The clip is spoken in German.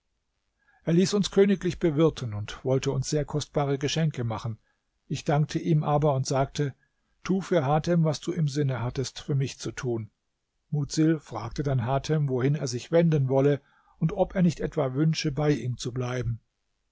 er ließ uns königlich bewirten und wollte uns sehr kostbare geschenke machen ich dankte ihm aber und sagte tu für hatem was du im sinne hattest für mich zu tun mudsil fragte dann hatem wohin er sich wenden wolle und ob er nicht etwa wünsche bei ihm zu bleiben